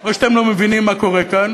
או שאתם לא מבינים מה קורה כאן